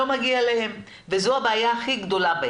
לא מגיע אליהן ובעיניי זו הבעיה הכי גדולה.